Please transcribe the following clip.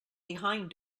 behind